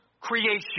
creation